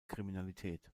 kriminalität